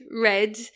red